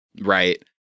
Right